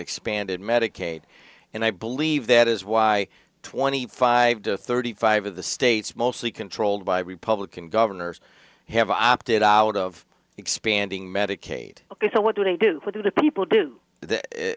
expanded medicaid and i believe that is why twenty five to thirty five of the states mostly controlled by republican governors have opted out of expanding medicaid ok so what do they do